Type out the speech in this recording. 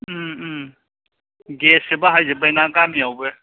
गेससो बाहाय जोबबाय ना गामिआवबो